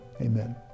Amen